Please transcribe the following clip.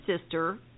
sister